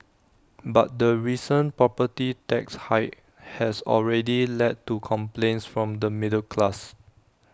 but the recent property tax hike has already led to complaints from the middle class